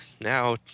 now